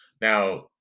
Now